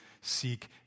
seek